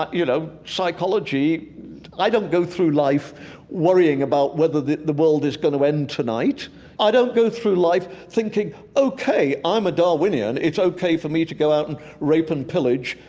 you know, psychology i don't go through life worrying about whether the the world is going to end tonight i don't go through life thinking, okay, i'm a darwinian, it's okay for me to go out and rape and pillage,